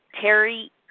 Terry